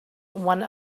one